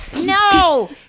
No